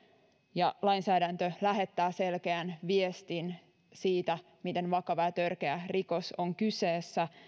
ja lainsäädäntö lähettää selkeän viestin siitä miten vakava ja törkeä rikos on kyseessä